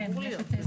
אמור להיות.